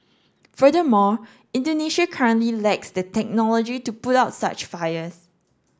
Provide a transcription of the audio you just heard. furthermore Indonesia currently lacks the technology to put out such fires